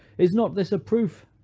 is not this a proof,